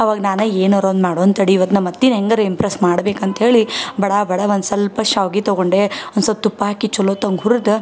ಆವಾಗ ನಾನು ಏನಾದ್ರು ಒಂದು ಮಾಡೋಣ ತಡಿ ಈವತ್ತು ನಮ್ಮ ಅತ್ತೆನ ಹೆಂಗಾರು ಇಂಪ್ರೆಸ್ ಮಾಡ್ಬೇಕು ಅಂಥೇಳಿ ಬಡಾ ಬಡ ಒಂದು ಸ್ವಲ್ಪ ಶಾವ್ಗೆ ತಗೊಂಡೆ ಒಂದು ಸ್ವಲ್ಪ ತುಪ್ಪ ಹಾಕಿ ಚಲೊತ್ತಂಗೆ ಹುರಿದು